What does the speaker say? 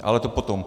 Ale to potom.